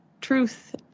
truth